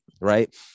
right